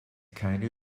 keine